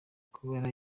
kubera